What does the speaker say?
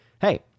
hey